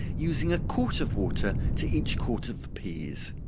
using a quart of water to each quart of the peas.